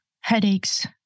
headaches